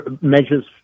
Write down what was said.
measures